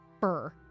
fur